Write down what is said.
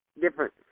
different